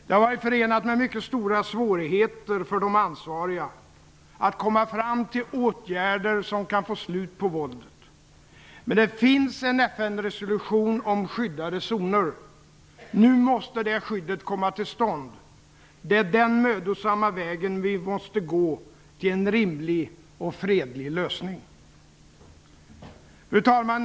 Det har varit förenat med mycket stora svårigheter för de ansvariga att komma fram till åtgärder som får slut på våldet. Men det finns en FN-resolution om skyddade zoner. Nu måste det skyddet komma till stånd. Det är den mödosamma vägen vi måste gå till en rimlig och fredlig lösning. Fru talman!